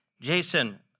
Jason